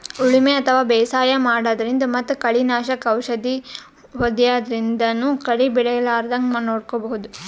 ಉಳಿಮೆ ಅಥವಾ ಬೇಸಾಯ ಮಾಡದ್ರಿನ್ದ್ ಮತ್ತ್ ಕಳಿ ನಾಶಕ್ ಔಷದ್ ಹೋದ್ಯಾದ್ರಿನ್ದನೂ ಕಳಿ ಬೆಳಿಲಾರದಂಗ್ ನೋಡ್ಕೊಬಹುದ್